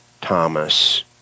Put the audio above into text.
Thomas